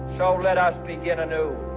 so let us begin a new